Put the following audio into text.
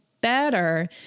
better